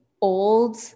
old